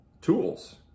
tools